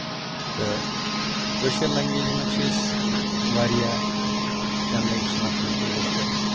تہٕ کٲشِر لینگویج منٛز چھِ أسۍ واریاہ چینلہٕ وٕچھان یَتھ یوٹیوبَس پٮ۪ٹھ